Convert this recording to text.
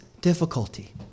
difficulty